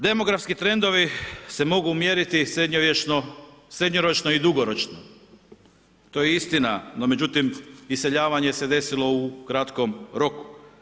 Demografski trendovi se mogu mjeriti sredovječno, srednjoročno i dugoročno, to je istina, no međutim iseljavanje se desilo u kratkom roku.